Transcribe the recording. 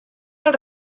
els